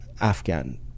Afghan